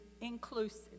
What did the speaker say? inclusive